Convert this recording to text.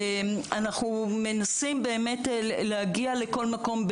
אנחנו מנסים להגיע לכל מקום,